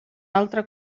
altre